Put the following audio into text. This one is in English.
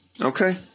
Okay